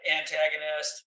antagonist